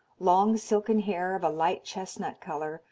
long silken hair of a light chestnut color,